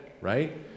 right